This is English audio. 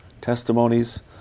testimonies